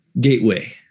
gateway